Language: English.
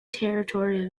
territory